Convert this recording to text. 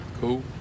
Cool